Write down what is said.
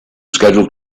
scheduled